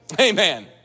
amen